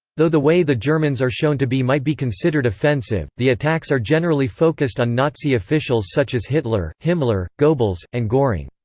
though the way the germans are shown to be might be considered offensive, the attacks are generally focused on nazi officials such as hitler, himmler, goebbels, and goring.